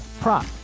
prop